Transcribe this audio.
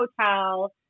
hotel